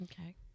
Okay